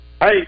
Hey